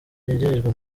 yagejejwe